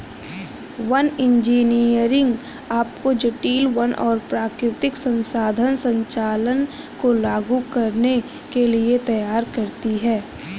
one engineering आपको जटिल वन और प्राकृतिक संसाधन संचालन को लागू करने के लिए तैयार करती है